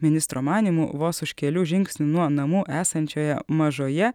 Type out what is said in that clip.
ministro manymu vos už kelių žingsnių nuo namų esančioje mažoje